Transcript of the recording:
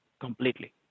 completely